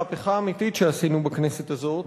מהפכה אמיתית שעשינו בכנסת הזאת.